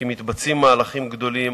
כי מתבצעים מהלכים גדולים.